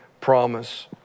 promise